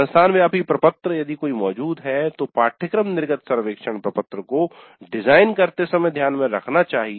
संस्थान व्यापी प्रपत्र यदि कोई मौजूद है तो पाठ्यक्रम निर्गत सर्वेक्षण प्रपत्र को डिजाइन करते समय ध्यान में रखा जाना चाहिए